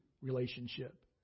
relationship